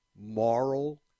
moral